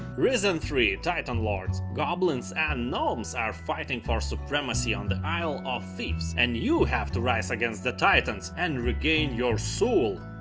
risen three titan lords goblins and gnomes are fighting for supremacy on the isle of thieves. and you have to rise against the titans and regain your soul.